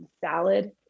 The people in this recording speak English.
salad